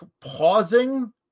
pausing